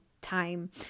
time